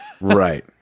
Right